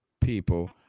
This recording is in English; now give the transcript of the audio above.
people